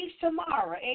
tomorrow